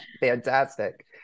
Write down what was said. fantastic